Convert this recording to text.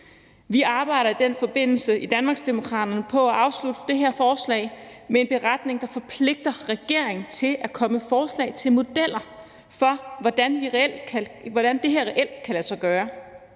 Vi arbejder i den forbindelse i Danmarksdemokraterne på at afslutte det her forslag med en beretning, der forpligter regeringen til at komme med forslag til modeller for, hvordan det her reelt kan lade sig gøre.